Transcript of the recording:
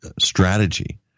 strategy